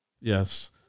Yes